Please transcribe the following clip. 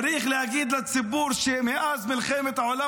צריך להגיד לציבור שמאז מלחמת העולם